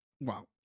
wow